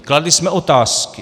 Kladli jsme otázky.